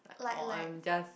like like